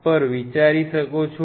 પર વિચારી શકો છો